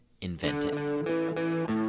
invented